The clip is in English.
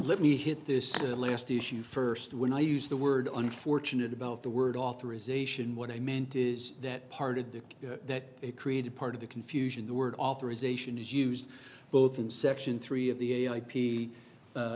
let me hit this last issue first when i use the word unfortunate about the word authorization what i meant is that part of the that it created part of the confusion the word authorization is used both in section three of the a p